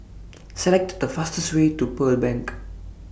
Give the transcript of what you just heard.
Select The fastest Way to Pearl Bank